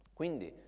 quindi